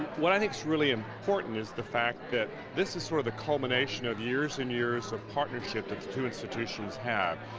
what i think is really important is the fact that this is where the culmination of years and years of partnership that the two institutions have.